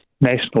National